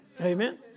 Amen